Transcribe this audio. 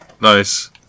Nice